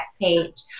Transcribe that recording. page